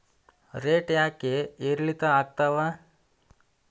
Rate ಯಾಕೆ ಏರಿಳಿತ ಆಗ್ತಾವ?